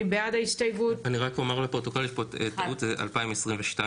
הצבעה בעד, 1 נגד, 2 נמנעים, אין ההסתייגות נפלה.